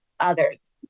others